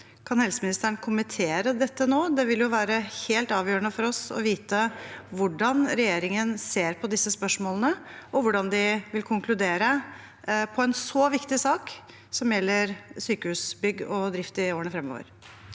Kan helseministeren kommentere dette nå? Det vil jo være helt avgjørende for oss å vite hvordan regjeringen ser på disse spørsmålene, og hvordan de vil konkludere i en så viktig sak som gjelder sykehusbygg og drift i årene fremover.